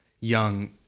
young